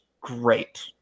great